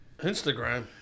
Instagram